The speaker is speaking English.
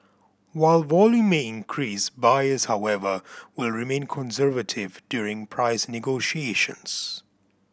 while volume may increase buyers however will remain conservative during price negotiations